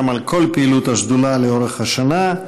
גם על כל פעילות השדולה לאורך השנה.